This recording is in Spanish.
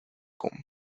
con